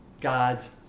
God's